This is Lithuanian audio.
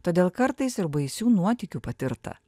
todėl kartais ir baisių nuotykių patirta